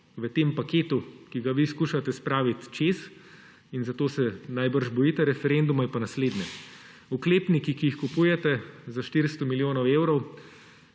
v tem paketu, ki ga vi skušate spraviti čez, in zato se najbrž bojite referenduma, je pa naslednje. Oklepniki, ki jih kupujete za 400 milijonov evrov,